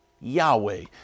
Yahweh